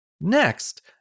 Next